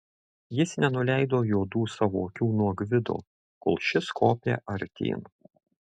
jis nenuleido juodų savo akių nuo gvido kol šis kopė artyn